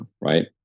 Right